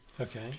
Okay